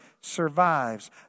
survives